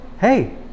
hey